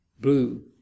blue